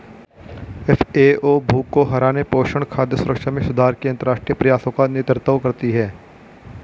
FAO भूख को हराने, पोषण, खाद्य सुरक्षा में सुधार के अंतरराष्ट्रीय प्रयासों का नेतृत्व करती है